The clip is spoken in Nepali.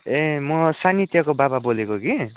ए म सानिध्यको बाबा बोलेको कि